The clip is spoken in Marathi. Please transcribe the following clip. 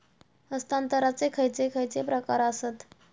हस्तांतराचे खयचे खयचे प्रकार आसत?